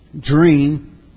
dream